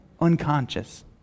unconscious